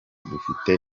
dufite